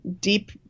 deep